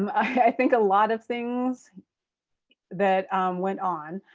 i think a lot of things that went on.